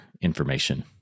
information